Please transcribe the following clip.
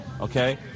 okay